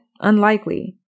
unlikely